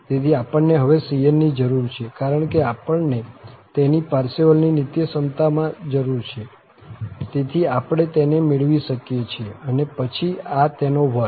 તેથી આપણને હવે cn ની જરૂર છે કારણ કે આપણને તેની પારસેવલની નિત્યસમતામાં જરૂર છે તેથી આપણે તેને મેળવી શકીએ છીએ અને પછી આ તેનો વર્ગ